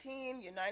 United